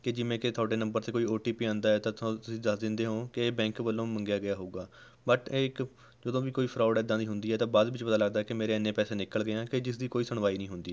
ਕਿ ਜਿਵੇਂ ਕਿ ਤੁਹਾਡੇ ਨੰਬਰ 'ਤੇ ਕੋਈ ਓ ਟੀ ਪੀ ਆਉਂਦਾ ਤਾਂ ਤੁਸੀਂ ਦੱਸ ਦਿੰਦੇ ਹੋ ਕਿ ਬੈਂਕ ਵੱਲੋਂ ਮੰਗਿਆ ਗਿਆ ਹੋਊਗਾ ਬਟ ਇਹ ਇੱਕ ਜਦੋਂ ਵੀ ਕੋਈ ਫਰੋਡ ਇੱਦਾਂ ਦੀ ਹੁੰਦੀ ਹੈ ਤਾਂ ਬਾਅਦ ਵਿੱਚ ਪਤਾ ਲੱਗਦਾ ਕਿ ਮੇਰੇ ਇੰਨੇ ਪੈਸੇ ਨਿਕਲ ਗਏ ਹੈ ਕਿ ਜਿਸ ਦੀ ਕੋਈ ਸੁਣਵਾਈ ਨਹੀਂ ਹੁੰਦੀ